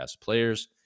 players